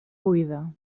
buida